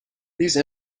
these